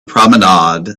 promenade